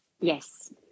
Yes